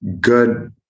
good